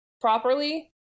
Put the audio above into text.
properly